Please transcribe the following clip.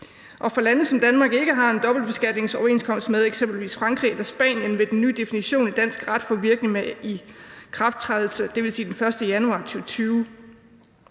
Og for de lande, som Danmark ikke har en dobbeltbeskatningsoverenskomst med, eksempelvis Frankrig eller Spanien, vil den nye definition i dansk ret få virkning fra ikrafttrædelsen, dvs. fra den 1. januar 2020.